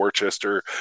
Worcester